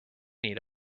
need